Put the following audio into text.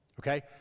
Okay